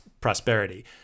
prosperity